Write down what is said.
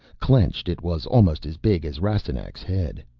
clenched, it was almost as big as rastignac's head.